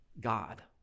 God